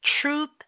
Truth